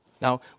Now